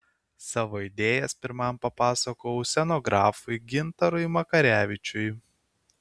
savo idėjas pirmam papasakojau scenografui gintarui makarevičiui